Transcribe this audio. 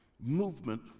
movement